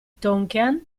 tonkean